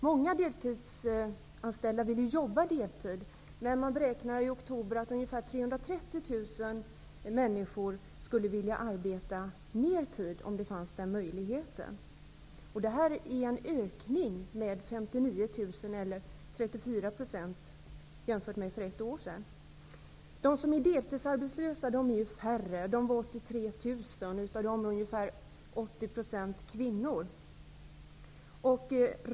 Många deltidsanställda vill ju jobba deltid, men man beräknade i oktober att ungefär 330 000 människor skulle vilja arbeta mer tid om den möjligheten fanns. Detta är en ökning med 59 000 eller 34 % jämfört med för ett år sedan. De som är deltidsarbetslösa är färre. De är 83 000. Av dem är ungefär 80 % kvinnor.